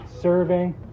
Serving